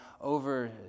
over